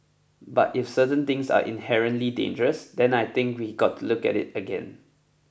but if certain things are inherently dangerous then I think we got to look at it again